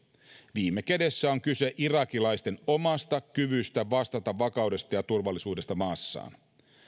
viime kädessä on kyse irakilaisten omasta kyvystä vastata vakaudesta ja turvallisuudesta maassaan